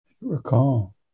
recall